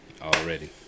Already